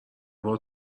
بار